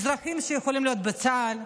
אזרחים שיכולים להיות בצה"ל,